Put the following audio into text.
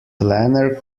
planner